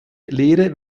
lehre